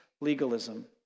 legalism